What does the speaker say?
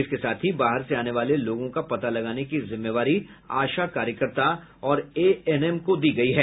इसके साथ ही बाहर से आने वाले लोगों का पता लगाने की जिम्मेवारी आशा कार्यकर्ता और एएनएम को दी गयी है